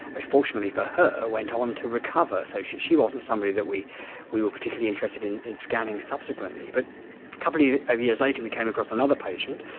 fortunately for her, went on to recover. so she she wasn't somebody that we we were particularly interested in in scanning subsequently. but a couple yeah of years later we came across another patient,